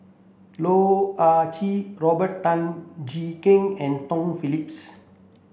Loh Ah Chee Robert Tan Jee Keng and Tom Phillips